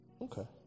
Okay